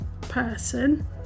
person